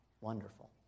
wonderful